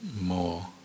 more